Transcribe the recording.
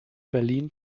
berlin